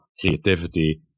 creativity